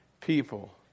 People